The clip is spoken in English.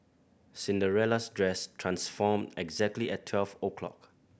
Cinderella's dress transformed exactly at twelve o'clock